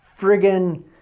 friggin